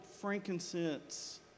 frankincense